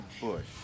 Bush